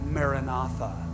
Maranatha